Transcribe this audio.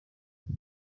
she